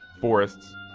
forests